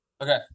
okay